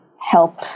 help